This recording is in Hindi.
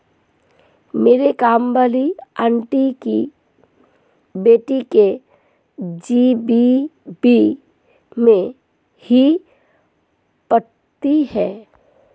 मेरी काम वाली आंटी की बेटी के.जी.बी.वी में ही पढ़ती है